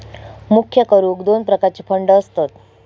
मुख्य करून दोन प्रकारचे फंड असतत